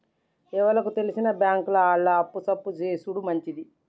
ఎవలకు తెల్సిన బాంకుల ఆళ్లు అప్పు సప్పు జేసుడు మంచిది